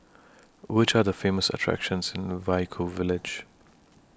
Which Are The Famous attractions in Vaiaku Village